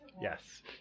Yes